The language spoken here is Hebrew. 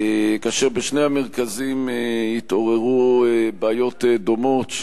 כאשר בשני המרכזים התעוררו בעיות דומות,